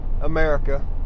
America